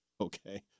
okay